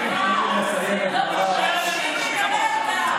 לא מתביישים לדבר כך,